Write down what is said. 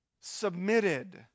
submitted